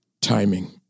Timing